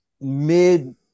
mid